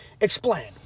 Explain